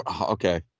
okay